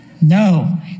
No